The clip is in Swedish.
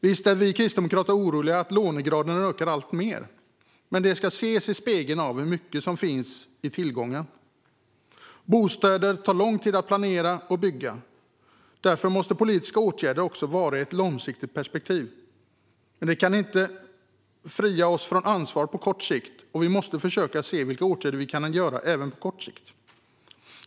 Visst är vi kristdemokrater oroliga över att lånegraden ökar alltmer, men det ska ses i ljuset av hur mycket som finns i tillgångar. Bostäder tar lång tid att planera och bygga, och därför måste de politiska åtgärderna ha ett långsiktigt perspektiv. Men det kan inte fria oss från ansvar på kort sikt. Vi måste försöka se vilka åtgärder vi kan vidta även på kort sikt.